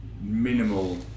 minimal